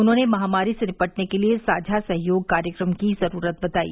उन्होंने महामारी से निपटने के लिए साझा सहयोग कार्यक्रम की जरूरत बताई